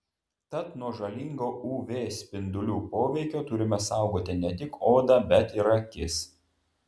tad nuo žalingo uv spindulių poveikio turime saugoti ne tik odą bet ir akis